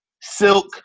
Silk